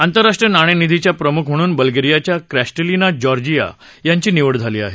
आंतरराष्ट्रीय नाणेनिधीच्या प्रमुख म्हणून बल्गेरियाच्या क्रिस्टॅलिना जॉर्जिव्हा यांची निवड झाली आहे